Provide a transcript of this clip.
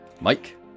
Mike